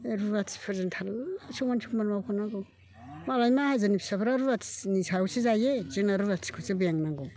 बे रुवाथिफोरजों थारला समान समान मावफा नांगौ मालाय माहाजोननि फिसाफ्रा रुवाथिनि सायावसो जायो जोंना रुवाथिखौसो बेंनांगौ